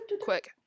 quick